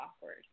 awkward